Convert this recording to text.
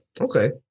Okay